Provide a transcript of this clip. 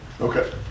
Okay